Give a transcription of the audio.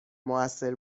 موثر